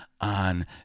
on